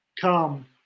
come